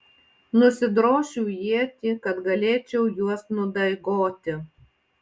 nusidrošiu ietį kad galėčiau juos nudaigoti